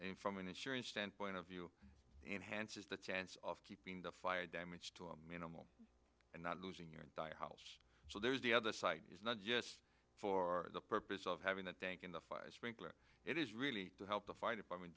and from an insurance standpoint of view enhances the chance of keeping the fire damage to a minimal and not losing your entire house so there's the other side is not just for the purpose of having a tank in the fire it is really to help the fire department